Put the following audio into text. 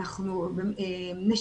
אנחנו נשב,